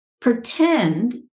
pretend